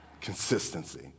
consistency